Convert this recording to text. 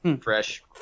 fresh